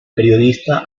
periodista